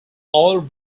all